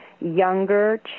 younger